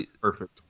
perfect